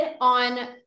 on